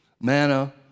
manna